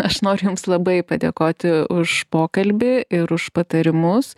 aš noriu jums labai padėkoti už pokalbį ir už patarimus